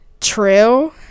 true